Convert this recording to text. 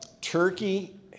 Turkey